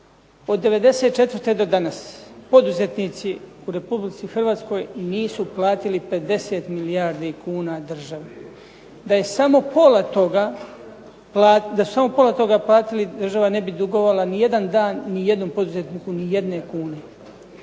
od 94. do danas poduzetnici u Republici Hrvatskoj i nisu platili 50 milijardi kuna državi. Da su samo pola toga platili država ne bi dugovala nijedan dan nijednom poduzetniku nijedne kune.